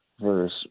verse